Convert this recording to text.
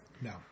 no